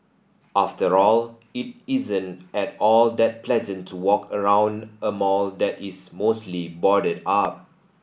after all it isn't at all that pleasant to walk around a mall that is mostly boarded up